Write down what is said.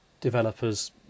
developers